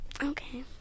Okay